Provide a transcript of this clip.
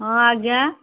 ହଁ ଆଜ୍ଞା